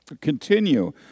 Continue